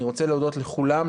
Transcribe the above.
אני רוצה להודות לכולם,